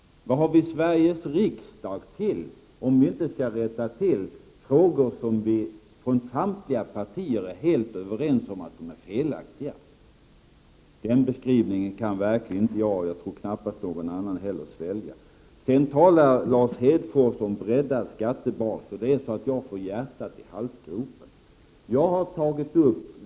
Vad har vi Sveriges riksdag till, om vi inte skall rätta till det som är felaktigt, enligt vad vi från samtliga partier är helt överens om? Den beskrivning som Lars Hedfors gör kan verkligen inte jag, och jag tror knappast någon annan heller, svälja. Sedan talar Lars Hedfors om breddad skattebas, och det är så att jag får hjärtat i halsgropen.